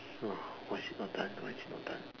oh why is it not done why is it not done